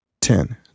Ten